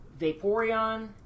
Vaporeon